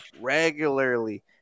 regularly